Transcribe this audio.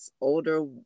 older